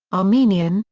armenian,